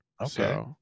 okay